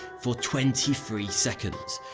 for twenty three seconds,